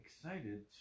excited